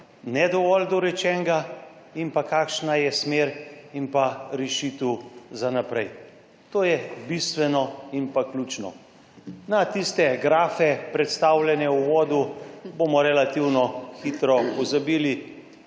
ne dovolj dorečenega in pa kakšna je smer in pa rešitev za naprej. To je bistveno in pa ključno. Na tiste grafe, predstavljene v uvodu, bomo relativno hitro pozabili,